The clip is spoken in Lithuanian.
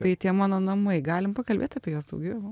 tai tie mano namai galim pakalbėt apie jos daugiau